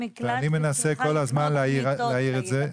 מנסה כל הזמן להאיר את זה,